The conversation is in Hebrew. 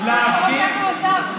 או שאנחנו אותם.